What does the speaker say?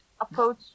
approach